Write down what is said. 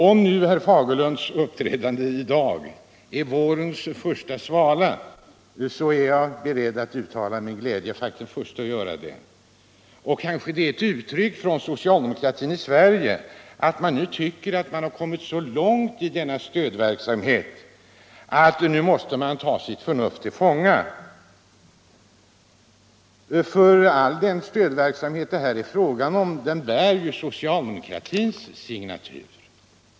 Om herr Fagerlunds uppträdande i dag är vårens första svala är jag beredd att vara den förste att uttala min glädje. Kanske det är ett uttryck för att socialdemokratin i Sverige nu tycker att denna stödverksamhet gått så långt att man måste ta sitt förnuft till fånga. För all den stödverksamhet det här är fråga om bär ju socialdemokratins signatur.